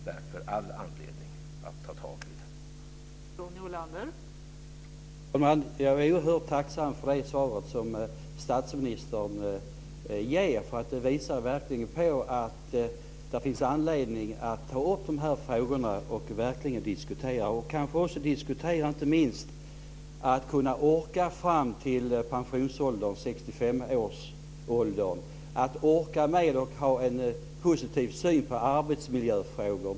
Därför finns det all anledning att ta tag i detta.